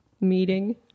meeting